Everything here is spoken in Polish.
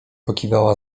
pokiwała